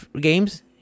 games